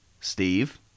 Steve